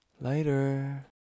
later